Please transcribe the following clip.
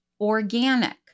organic